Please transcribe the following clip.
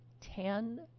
ten